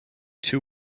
two